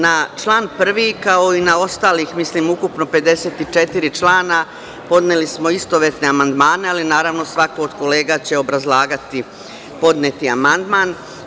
Na član 1, kao i na ostale, mislim ukupno 54 člana, podneli smo istovetne amandmane, ali naravno, svako od kolega će obrazlagati podneti amandman.